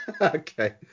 Okay